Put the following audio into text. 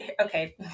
Okay